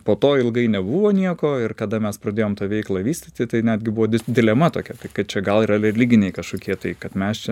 po to ilgai nebuvo nieko ir kada mes pradėjom tą veiklą vystyti tai netgi buvo dilema tokia kad čia gal yra religiniai kažkokie tai kad mes čia